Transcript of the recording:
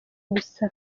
gusa